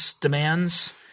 demands